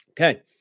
okay